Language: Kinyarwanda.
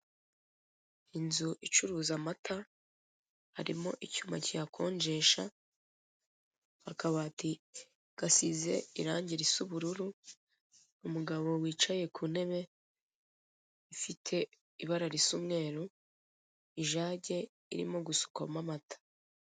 Inzu icuruza amata harimo icyuma kiyakonjesha akabati gasize irangi risa ubururu umugabo wicaye ku ntebe rifite ibara risa umweru ijage irimo gusukwamo amata.